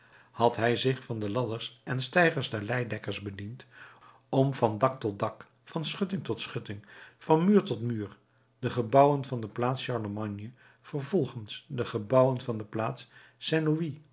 had hij zich van de ladders en steigers der leidekkers bediend om van dak tot dak van schutting tot schutting van muur tot muur de gebouwen van de plaats charlemagne vervolgens de gebouwen van de plaats saint